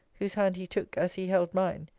whose hand he took, as he held mine.